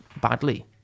badly